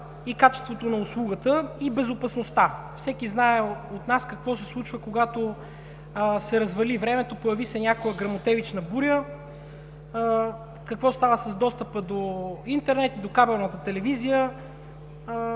и качеството на услугата, и безопасността. Всеки от нас знае какво се случва, когато се развали времето, появи се гръмотевична буря, какво става с достъпа до интернет и до кабелната телевизия.